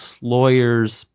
lawyers